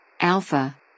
Alpha